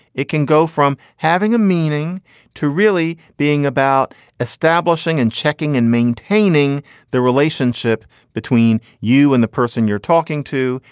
it can go from having a meaning to really being about establishing and checking and maintaining the relationship between you and the person you're talking to,